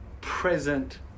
present